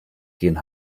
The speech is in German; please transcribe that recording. gehen